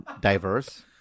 Diverse